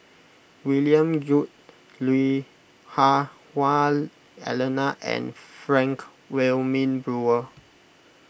William Goode Lui Hah Wah Elena and Frank Wilmin Brewer